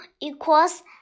equals